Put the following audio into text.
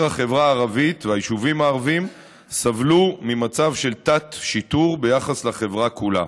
החברה הערבית והיישובים הערביים סבלו ממצב של תת-שיטור ביחס לחברה כולה.